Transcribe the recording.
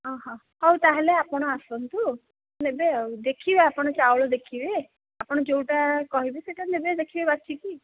ହଁ ହଁ ହଉ ତା'ହେଲେ ଆଉ ଆପଣ ଆସନ୍ତୁ ନେବେ ଆଉ ଦେଖିବେ ଦେଖିବେ ଆପଣ ଚାଉଳ ଦେଖିବେ ଆପଣ ଯେଉଁଟା କହିବେ ସେଇଟା ନେବେ ଦେଖିବେ ବାଛିକି